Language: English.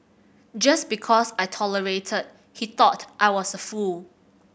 just because I tolerated he thought I was a fool